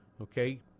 Okay